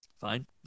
Fine